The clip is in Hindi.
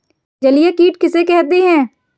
जलीय कीट किसे कहते हैं?